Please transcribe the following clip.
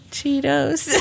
Cheetos